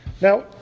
Now